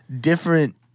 different